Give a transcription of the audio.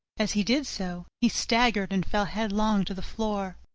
as he did so, he staggered and fell headlong to the floor.